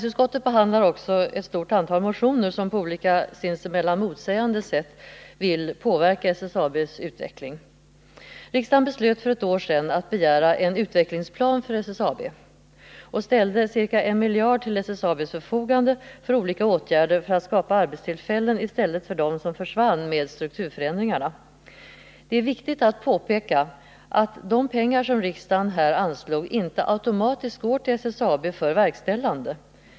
I detta betänkande behandlar näringsutskottet också ett stort antal motioner, där man på olika och sinsemellan motsägande sätt vill påverka SSAB:s utveckling. Riksdagen beslöt för ett år sedan att begära en utvecklingsplan för SSAB, och ca 1 miljard kronor ställdes till SSAB:s förfogande för olika åtgärder i syfte att skapa nya arbetstillfällen i stället för de arbetstillfällen som försvann i och med strukturförändringarna. Det är viktigt att påpeka att de pengar som riksdagen härvidlag anslog inte automatiskt går till SSAB för verkställande.